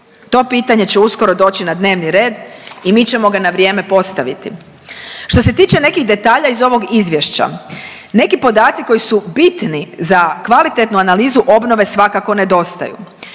To pitanje će uskoro doći na dnevni red i mi ćemo ga na vrijeme postaviti. Što se tiče nekih detalja iz ovog izvješća neki podaci koji su bitni za kvalitetnu analizu obnove svakako nedostaju.